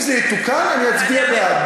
אם זה יתוקן, אני אצביע בעד.